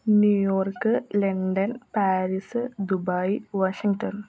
New York London Paris Dubai Washington